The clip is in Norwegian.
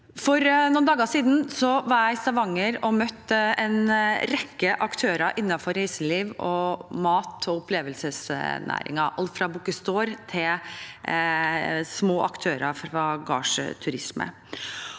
For noen dager siden var jeg i Stavanger og møtte en rekke aktører innenfor reiseliv og mat- og opplevelsesnæringen, alt fra Bocuse d’Or til små aktører fra gardsturisme.